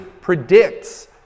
predicts